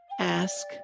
ask